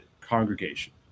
congregation